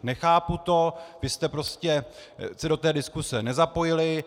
Nechápu to, vy jste prostě se do té diskuze nezapojili.